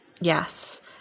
Yes